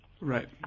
Right